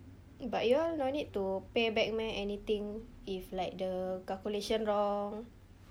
but you all no need to pay back meh anything if like the calculation wrong